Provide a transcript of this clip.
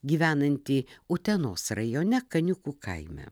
gyvenantį utenos rajone kaniukų kaime